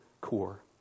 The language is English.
core